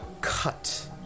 cut